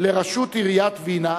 לראשות עיריית וינה,